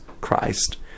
Christ